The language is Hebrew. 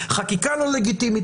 החקיקה לא לגיטימית.